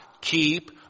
keep